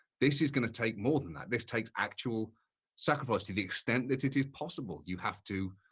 this is going to take more than that. this takes actual sacrifice to the extent that it is possible, you have to